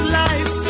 life